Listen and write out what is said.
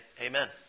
Amen